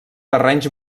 terrenys